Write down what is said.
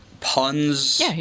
puns